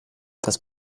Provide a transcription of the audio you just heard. das